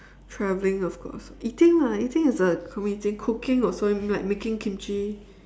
travelling of course eating lah eating is a how many thing cooking also like making kimchi